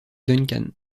duncan